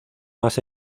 más